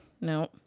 No